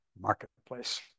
marketplace